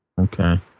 Okay